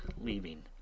leaving